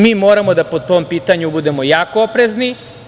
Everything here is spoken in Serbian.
Mi moramo po tom pitanju da budemo jako oprezni.